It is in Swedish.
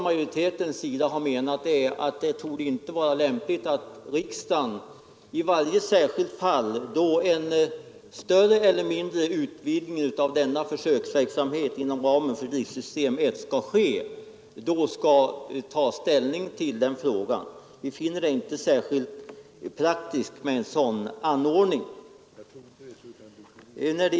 Majoriteten anser att det inte är lämpligt att riksdagen i varje särskilt fall, då en större eller mindre utvidgning av försöksverksamheten inom ramen för driftsystem 1 skall ske, skall ta ställning i frågan. Vi finner det inte särskilt praktiskt med en sådan anordning.